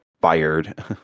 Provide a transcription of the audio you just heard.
fired